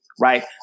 right